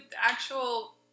actual